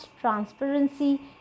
transparency